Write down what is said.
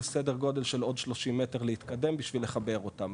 זה סדר גודל של עוד 30 מטר להתקדם בשביל לחבר אותם,